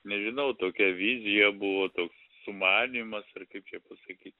nežinau tokia vizija buvo toks sumanymas ar kaip čia pasakyt